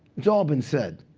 it's all been said.